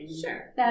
Sure